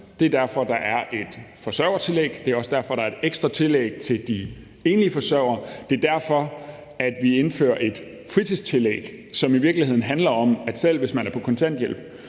Det er derfor, der er et forsørgertillæg, og det er også derfor, der er et ekstra tillæg til de enlige forsørgere, og det er derfor, at vi indfører et fritidstillæg, som i virkeligheden handler om, at man, selv om man er på kontanthjælp,